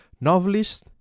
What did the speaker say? novelist